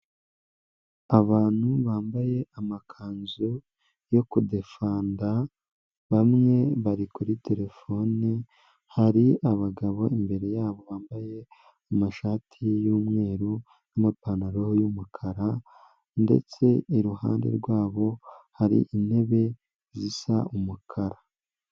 Abantu bambaye amakanzu yo kudefanda, bamwe bari kuri terefone, hari abagabo imbere yabo bambaye amashati y'umweru n'amapantaro y'umukara, ndetse iruhande rwabo, hari intebe zisa umukara.